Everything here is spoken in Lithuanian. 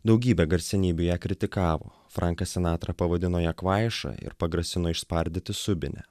daugybė garsenybių ją kritikavo frankas sinatra pavadino ją kvaiša ir pagrasino išspardyti subinę